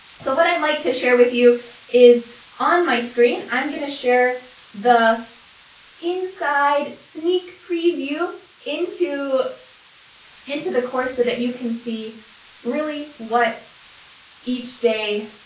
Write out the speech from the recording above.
so what i'd like to share with you is on my screen, i'm gonna share the inside, sneak preview into into the course so that you can see really what each day